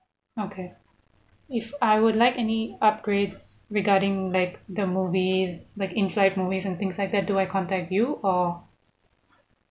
okay if I would like any upgrades regarding like the movies like inflight movies and things like that do I contact you or